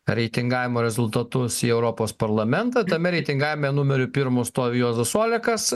reitingavimo rezultatus į europos parlamentą tame reitingavime numeriu pirmu stovi juozas olekas